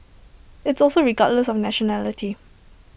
it's also regardless of nationality